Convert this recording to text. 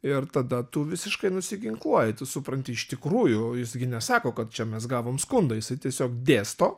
ir tada tu visiškai nusiginkluoji tu supranti iš tikrųjų jis gi nesako kad čia mes gavom skundą jisai tiesiog dėsto